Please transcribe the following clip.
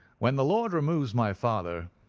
when the lord removes my father,